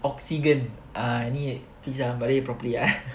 oksigen ah ni dalam melayu properly ah eh